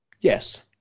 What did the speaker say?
Yes